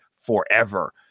forever